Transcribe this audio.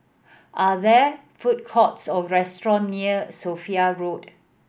are there food courts or restaurant near Sophia Road